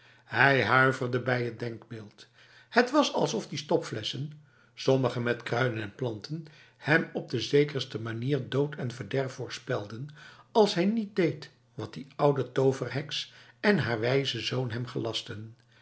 hij huiverde bij het denkbeeld het was hem of die stopflessen sommige met kruiden en planten hem op de zekerste manier dood en verderf voorspelden als hij niet deed wat die oude toverheks en haar wijze zoon hem gelastten